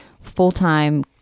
full-time